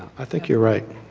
i think you are right.